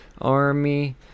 army